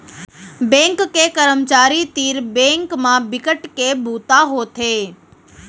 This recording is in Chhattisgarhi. बेंक के करमचारी तीर बेंक म बिकट के बूता होथे